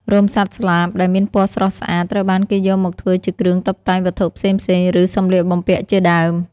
រោមសត្វស្លាបដែលមានពណ៌ស្រស់ស្អាតត្រូវបានគេយកមកធ្វើជាគ្រឿងតុបតែងវត្ថុផ្សេងៗឬសម្លៀកបំពាក់ជាដើម។